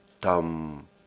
Tom